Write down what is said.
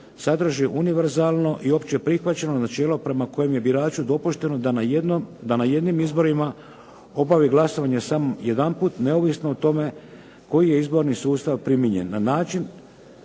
sadrži univerzalno i opće prihvaćeno načelo prema kojem je biraču dopušteno da na jednim izborima obavi glasovanje samo jedanput neovisno o tome koji je izborni sustav primijenjen,